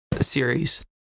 series